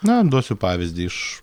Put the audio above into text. na duosiu pavyzdį iš